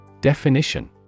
Definition